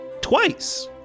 Twice